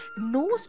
no